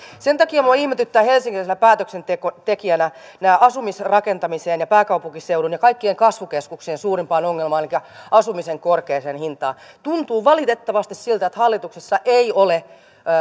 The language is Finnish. sen takia minua ihmetyttävät helsinkiläisenä päätöksentekijänä nämä asumiseen rakentamiseen ja pääkaupunkiseudun ja kaikkien kasvukeskuksien suurimpaan ongelmaan elikkä asumisen korkeaan hintaan liittyvät hankkeet tuntuu valitettavasti siltä että hallituksessa ei ole